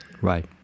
Right